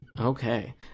Okay